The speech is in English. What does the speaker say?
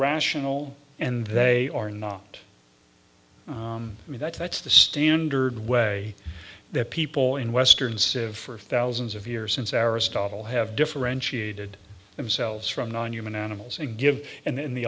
rational and they are not i mean that that's the standard way that people in western civ for thousands of years since aristotle have differentiated themselves from non human animals and give and in the